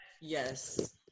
Yes